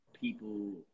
people